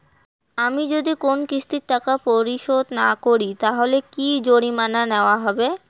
আমি যদি কোন কিস্তির টাকা পরিশোধ না করি তাহলে কি জরিমানা নেওয়া হবে?